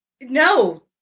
No